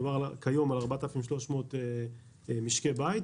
מדובר כיום על 4,300 משקי בית.